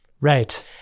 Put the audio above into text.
Right